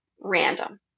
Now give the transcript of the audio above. random